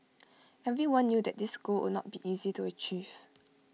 everyone knew that this goal would not be easy to achieve